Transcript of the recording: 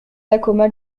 dacoma